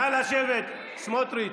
נא לשבת, סמוטריץ'.